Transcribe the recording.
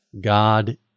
God